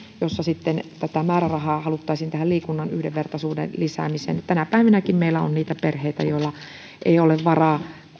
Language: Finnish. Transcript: jossa määrärahaa haluttaisiin liikunnan yhdenvertaisuuden lisäämiseen tänä päivänäkin meillä on niitä perheitä joilla ei ole varaa